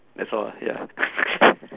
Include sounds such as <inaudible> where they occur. that's all [what] ya <laughs>